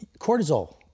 Cortisol